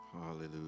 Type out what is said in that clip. hallelujah